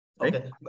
Okay